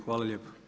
Hvala lijepo.